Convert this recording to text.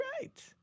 right